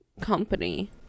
company